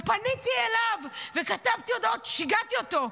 פניתי אליו וכתבתי הודעות, שיגעתי אותו.